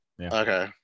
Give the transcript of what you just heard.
Okay